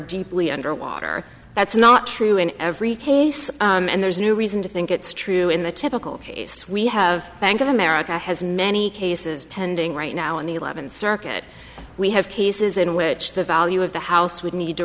deeply underwater that's not true in every case and there's no reason to think it's true in the typical case we have bank of america has many cases pending right now in the eleventh circuit we have cases in which the value of the house would need to